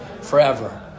forever